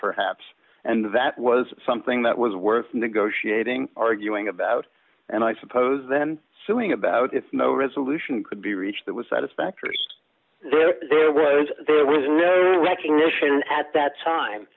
perhaps and that was something that was worth negotiating arguing about and i suppose then suing about if no resolution could be reached that was satisfactory there there was there was no recognition at that time